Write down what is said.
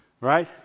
right